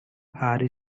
harry